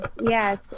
yes